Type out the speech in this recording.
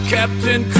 Captain